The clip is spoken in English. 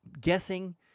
guessing